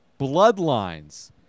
bloodlines